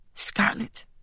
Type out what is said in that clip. Scarlet